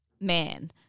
man